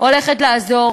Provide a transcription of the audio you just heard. הולכת לעזור